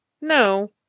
no